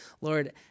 Lord